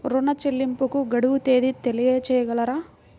ఋణ చెల్లింపుకు గడువు తేదీ తెలియచేయగలరా?